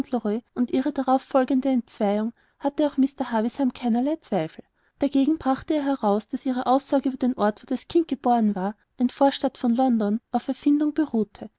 und ihre darauf folgende entzweiung hatte auch mr havisham keinerlei zweifel dagegen brachte er heraus daß ihre aussage über den ort wo das kind geboren war eine vorstadt von london auf erfindung beruhte